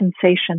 sensation